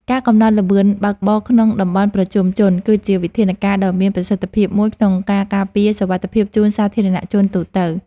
ការកំណត់ល្បឿនបើកបរក្នុងតំបន់ប្រជុំជន គឺជាវិធានការដ៏មានប្រសិទ្ធភាពមួយក្នុងការការពារសុវត្ថិភាពជូនសាធារណជនទូទៅ។